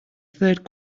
third